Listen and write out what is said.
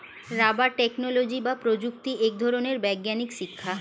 rubber technology বা প্রযুক্তি এক ধরনের বৈজ্ঞানিক শিক্ষা